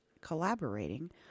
collaborating